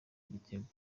igitego